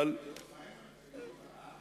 מה עם אחריות לעם?